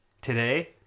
today